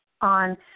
On